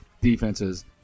defenses